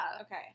Okay